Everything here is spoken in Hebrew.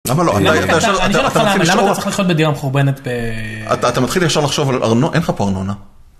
למה אתה צריך לחיות בדירה מחורבנת? אתה מתחיל ישר לחשוב על... אין לך פה ארנונה.